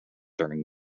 during